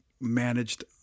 managed